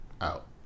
out